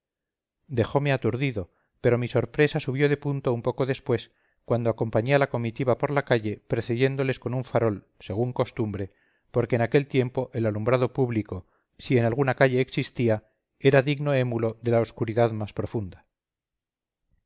dejóme aturdido pero mi sorpresa subió de punto un poco después cuando acompañé a la comitiva por la calle precediéndoles con un farol según costumbre porque en aquel tiempo el alumbrado público si en alguna calle existía era digno émulo de la oscuridad más profunda